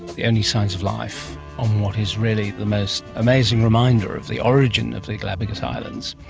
the only signs of life on what is really the most amazing reminder of the origin of the galapagos islands.